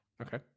okay